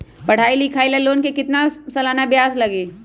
पढाई लिखाई ला लोन के कितना सालाना ब्याज लगी?